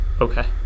Okay